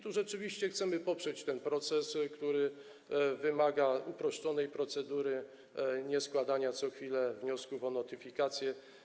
Tu rzeczywiście chcemy poprzeć ten proces, który wymaga uproszczonej procedury, a nie składania co chwilę wniosków o notyfikację.